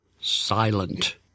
Silent